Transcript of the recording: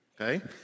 okay